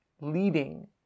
leading